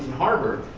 harbor.